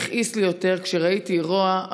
הכעיס לי יותר כשראיתי רוע,